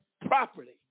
property